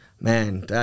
Man